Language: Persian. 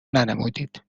ننمودید